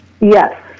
Yes